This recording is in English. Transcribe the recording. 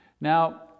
Now